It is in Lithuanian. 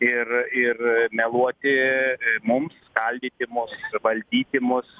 ir ir meluoti mums skaldyti mus valdyti mus